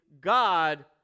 God